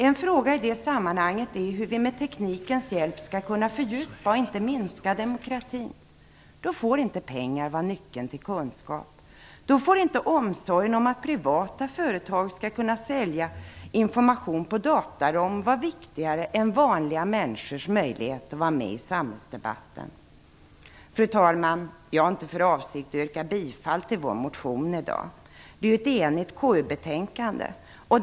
En fråga i det sammanhanget är hur vi med teknikens hjälp skall fördjupa i stället för att minska demokratin. Då får inte pengar vara nyckeln till kunskap. Då får inte omsorgen om att privata företag skall kunna sälja information på data-ROM vara viktigare än vanliga människors möjlighet att vara med i samhällsdebatten. Fru talman! Jag har inte för avsikt att yrka bifall till vår motion i dag. Betänkandet från KU är enhälligt.